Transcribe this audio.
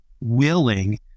willing